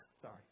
Sorry